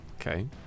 Okay